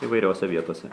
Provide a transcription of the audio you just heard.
įvairiose vietose